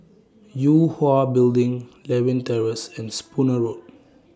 Yue Hwa Building Lewin Terrace and Spooner Road